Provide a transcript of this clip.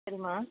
சரிம்மா